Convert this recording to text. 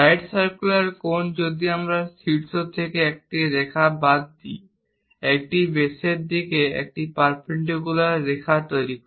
right circular cone যদি আমরা শীর্ষ থেকে একটি রেখা বাদ দিই এটি বেসের দিকে একটি পারপেন্ডিকুলার রেখা তৈরি করে